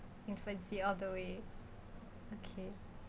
infancy all the way okay